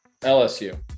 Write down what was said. LSU